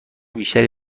بیشتری